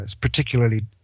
particularly